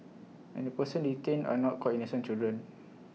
and the persons detained are not quite innocent children